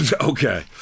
Okay